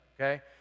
Okay